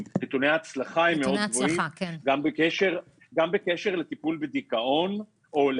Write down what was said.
מוגנות הציבור במקומות ציבוריים שאולי הם